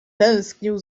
tęsknił